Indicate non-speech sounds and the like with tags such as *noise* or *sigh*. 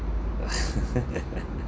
*laughs*